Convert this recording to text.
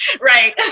Right